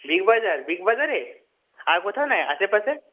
Big Bazaar বিগবাজারে আর কোথাও নয় আশেপাশে